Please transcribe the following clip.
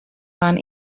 run